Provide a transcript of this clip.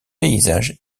paysages